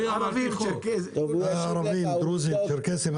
ערבים, דרוזים, צ'רקסים.